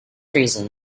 reason